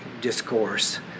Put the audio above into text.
discourse